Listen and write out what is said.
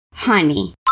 Honey